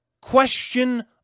Question